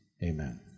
Amen